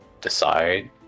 decide